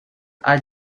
are